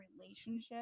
relationship